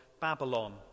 Babylon